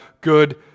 good